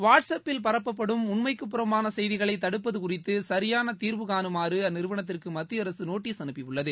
watts அப்பில் பரப்பப்படும் உன்மைக்குப் புறம்பான செய்திகளை தடுப்பது குறித்து சியான தீர்வு காணுமாறு அந்நிறுவனத்திற்கு மத்திய அரசு நோட்டீஸ் அனுப்பியுள்ளது